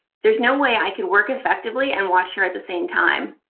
there is no way i could work effectively and watch her at the same time.